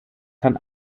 kann